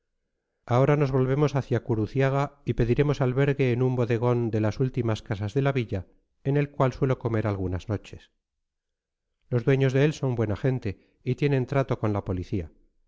ahora nos volvemos hacia curuciaga y pediremos albergue en un bodegón de las últimas casas de la villa en el cual suelo comer algunas noches los dueños de él son buena gente y tienen trato con la policía